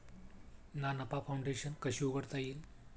ना नफा फाउंडेशन कशी उघडता येईल?